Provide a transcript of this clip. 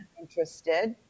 interested